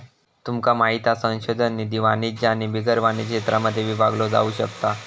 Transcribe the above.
तुमका माहित हा संशोधन निधी वाणिज्य आणि बिगर वाणिज्य क्षेत्रांमध्ये विभागलो जाउ शकता